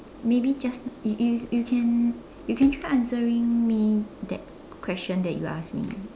maybe just you you you can you can try answering me that question that you asked me